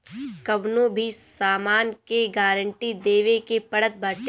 कवनो भी सामान के गारंटी देवे के पड़त बाटे